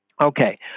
Okay